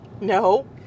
No